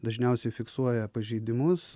dažniausiai fiksuoja pažeidimus